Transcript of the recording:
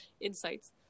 insights